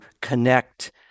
connect